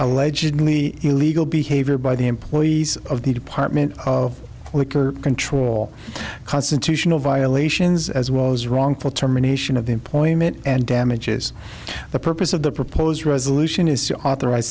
allegedly illegal behavior by the employees of the department of liquor control constitutional violations as was wrongful termination of the employment damages the purpose of the proposed resolution is to authorize